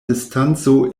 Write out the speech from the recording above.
distanco